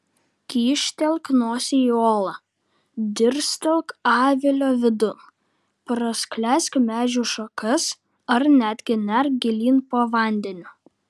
kyštelk nosį į olą dirstelk avilio vidun praskleisk medžių šakas ar netgi nerk gilyn po vandeniu